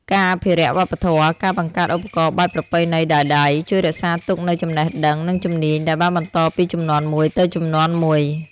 ការអភិរក្សវប្បធម៌ ការបង្កើតឧបករណ៍បែបប្រពៃណីដោយដៃ ជួយរក្សាទុកនូវចំណេះដឹង និងជំនាញដែលបានបន្តពីជំនាន់មួយទៅជំនាន់មួយ។